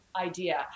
idea